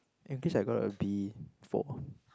English I got a B four